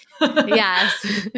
Yes